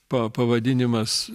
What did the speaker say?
pa pavadinimas